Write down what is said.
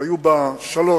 שהיו בה שלוש